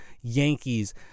Yankees